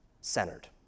centered